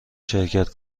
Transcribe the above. شرکت